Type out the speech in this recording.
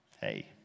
hey